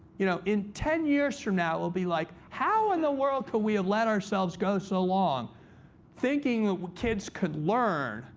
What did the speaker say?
you know in ten years from now, it will be like, how, in the world, could we have let ourselves go so long thinking kids could learn